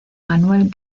manuel